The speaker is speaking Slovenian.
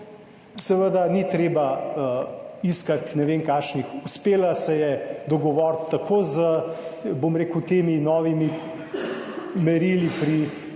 seveda ni treba iskati ne vem kakšnih, uspela se je dogovoriti tako z, bom rekel, temi novimi merili pri vrednotenju